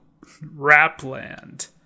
Rapland